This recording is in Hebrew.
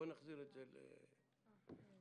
בואו נחזיר אותם לרמה נמוכה.